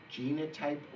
genotype